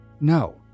No